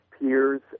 peers